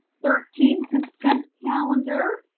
thirteen, consent calendar.